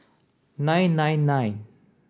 nine nine nine